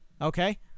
Okay